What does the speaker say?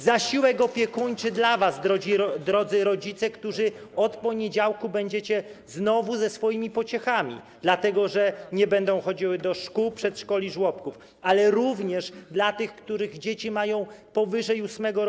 Zasiłek opiekuńczy dla was, drodzy rodzice, którzy od poniedziałku znowu będziecie ze swoimi pociechami, dlatego że nie będą chodziły do szkół, przedszkoli i żłobków, ale również dla tych, których dzieci mają powyżej 8 lat.